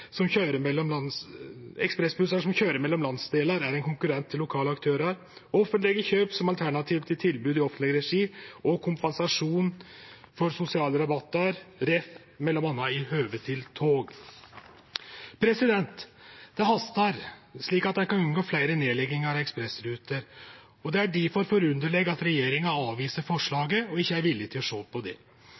til lokale aktørar, offentlege kjøp som alternativ til tilbod i offentleg regi og kompensasjon for sosiale rabattar, med referanse m.a. til tog. Det hastar, slik at ein kan unngå fleire nedleggingar av ekspressruter, og det er difor forunderleg at regjeringa avviser forslaget og ikkje er villig til å sjå på det.